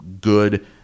good